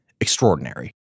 extraordinary